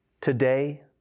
Today